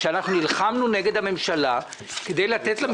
כאשר אנחנו נלחמנו נגד הממשלה כדי לתת סיוע